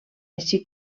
així